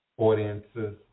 audiences